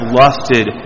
lusted